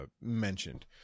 mentioned